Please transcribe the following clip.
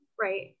right